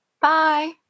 Bye